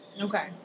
Okay